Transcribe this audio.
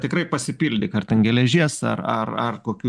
tikrai pasipildyk ar ten geležies ar ar ar kokių